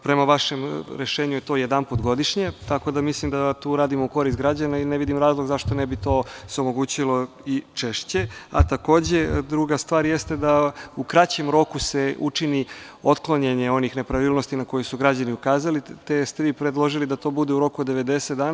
Prema vašem rešenju je to jedanput godišnje, tako da mislim da tu radimo u korist građana i ne vidim razlog zašto ne bi to se omogućilo i češće, a takođe, druga stvar jeste da u kraćem roku se učini otklanjanje onih nepravilnosti na koje su građani ukazali, te ste vi predložili da to bude u roku od 90 dana.